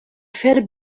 fer